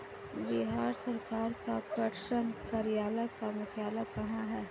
बिहार सरकार का पटसन कार्यालय का मुख्यालय कहाँ है?